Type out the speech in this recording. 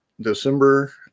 December